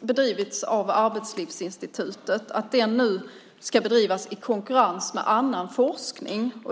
bedrivits av Arbetslivsinstitutet nu ska bedrivas i konkurrens med annan forskning.